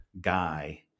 guy